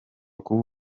kuba